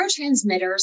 neurotransmitters